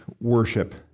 worship